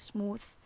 Smooth